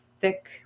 thick